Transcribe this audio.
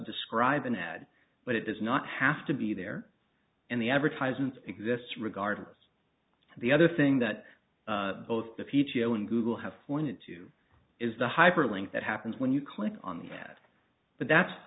describe an ad but it does not have to be there and the advertisements exists regardless the other thing that both the p t o and google have pointed to is the hyperlink that happens when you click on that but that's